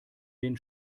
den